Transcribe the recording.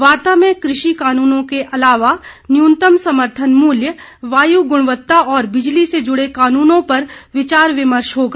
वार्ता में कृषि कानूनों के अलावा न्यूनतम समर्थन मूल्य वायु गुणवत्ता और बिजली से जुड़े कानूनों पर विचार विमर्श होगा